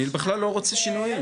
אני בכלל לא רוצה שינויים.